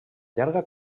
llarga